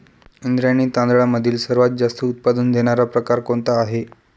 इंद्रायणी तांदळामधील सर्वात जास्त उत्पादन देणारा प्रकार कोणता आहे?